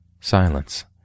Silence